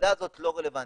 המפקדה הזאת לא רלוונטית.